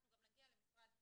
אנחנו גם נגיע למשרד החינוך.